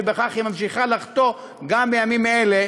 שבכך היא ממשיכה לחטוא גם בימים אלה,